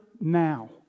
now